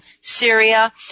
Syria